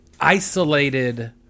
isolated